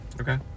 okay